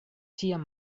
ĉiam